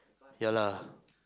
ya lah